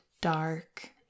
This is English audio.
dark